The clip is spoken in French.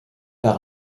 par